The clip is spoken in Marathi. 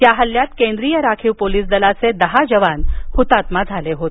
या हल्ल्यात केंद्रीय राखीव पोलीस दलाचे दहा जवान हुतात्मा झाले होते